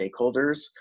stakeholders